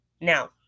Now